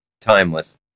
Timeless